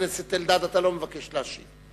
חבר הכנסת אלדד, אתה לא מבקש להשיב?